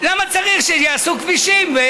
צריך שקק"ל תעשה כבישים?